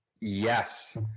Yes